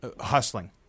hustling